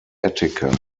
attica